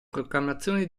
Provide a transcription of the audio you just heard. proclamazione